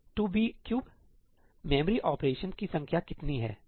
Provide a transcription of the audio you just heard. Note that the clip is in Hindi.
2b3 मेमोरी ऑपरेशनकी संख्या कितनी है